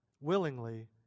willingly